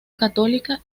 católica